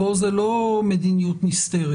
פה זה לא מדיניות נסתרת,